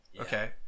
okay